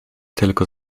tylko